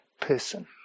person